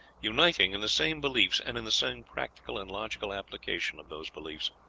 uniting in the same beliefs, and in the same practical and logical application of those beliefs.